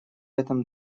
этом